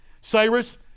cyrus